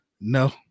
no